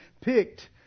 picked